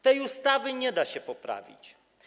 Tej ustawy nie da się poprawić.